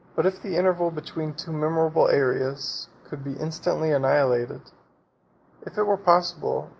but if the interval between two memorable aeras could be instantly annihilated if it were possible,